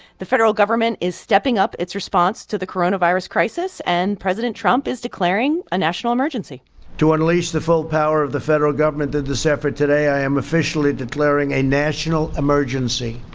the federal government is stepping up its response to the coronavirus crisis, and president trump is declaring a national emergency to unleash the full power of the federal government through this effort today, i am officially declaring a national emergency